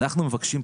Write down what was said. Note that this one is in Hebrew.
אנחנו מבקשים,